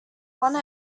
one